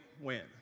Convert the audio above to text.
win